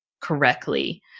correctly